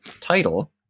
title